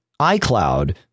iCloud